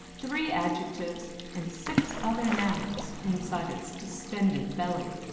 three adjectives, and six other nouns inside its distended belly.